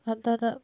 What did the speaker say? نہ نہ